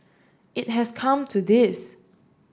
it has come to this